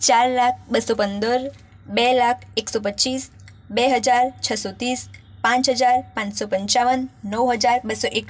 ચાર લાખ બસો પંદર બે લાખ એકસો પચ્ચીસ બે હજાર છસો ત્રીસ પાંચ હજાર પાંચસો પંચાવન નવ હજાર બસો એક